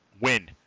Win